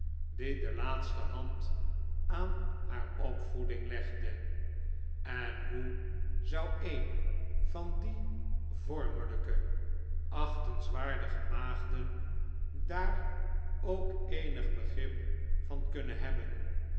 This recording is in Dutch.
die de laatste hand aan haar opvoeding legde en hoe zou een van die vormelijke achtenswaardige maagden daar ook eenig begrip van kunnen hebben